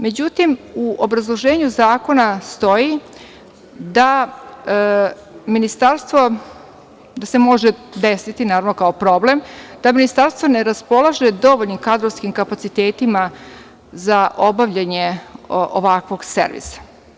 Međutim, u obrazloženju zakona stoji, da se može desiti, naravno kao problem, da Ministarstvo ne raspolaže dovoljnim kadrovskim kapacitetima za obavljanje ovakvog servisa.